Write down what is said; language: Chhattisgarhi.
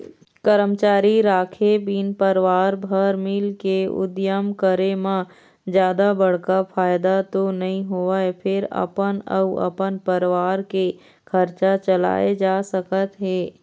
करमचारी राखे बिन परवार भर मिलके उद्यम करे म जादा बड़का फायदा तो नइ होवय फेर अपन अउ अपन परवार के खरचा चलाए जा सकत हे